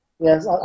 Yes